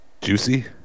Juicy